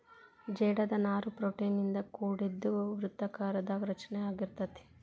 ಜೇಡದ ನಾರು ಪ್ರೋಟೇನ್ ಇಂದ ಕೋಡಿದ್ದು ವೃತ್ತಾಕಾರದಾಗ ರಚನೆ ಅಗಿರತತಿ